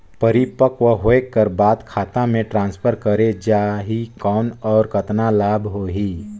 परिपक्व होय कर बाद खाता मे ट्रांसफर करे जा ही कौन और कतना लाभ होही?